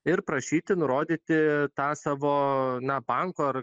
ir prašyti nurodyti tą savo na banko ar